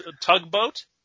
Tugboat